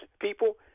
people